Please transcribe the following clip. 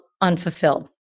unfulfilled